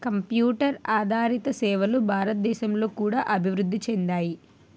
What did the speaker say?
computer ఆదారిత సేవలు భారతదేశంలో కూడా అభివృద్ధి చెందాయి